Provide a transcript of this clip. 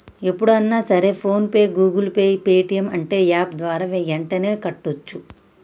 ఎప్పుడన్నా సరే PhonePe Google Pay Paytm అంటే యాప్ ద్వారా యెంటనే కట్టోచ్చు